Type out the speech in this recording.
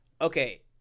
Okay